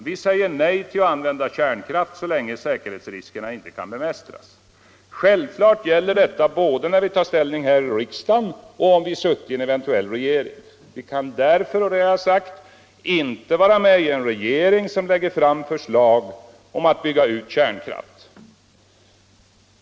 Vi säger nej till att använda kärnkraft, så länge säkerhetsriskerna inte kan bemästras. Självklart gäller detta både när vi tar ställning här i riksdagen och om vi sutte i en eventuell regering. Vi kan därför inte vara med i en regering som lägger fram förslag om att bygga ut kärnkraften.